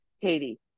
Katie